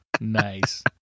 nice